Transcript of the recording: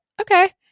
okay